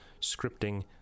scripting